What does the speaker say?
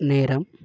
நேரம்